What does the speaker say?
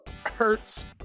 hurts